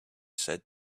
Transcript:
said